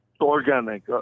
organic